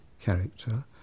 character